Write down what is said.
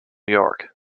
york